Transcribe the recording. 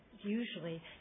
usually